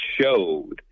showed